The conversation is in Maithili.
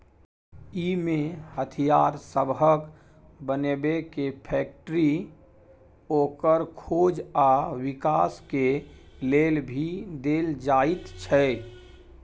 इमे हथियार सबहक बनेबे के फैक्टरी, ओकर खोज आ विकास के लेल भी देल जाइत छै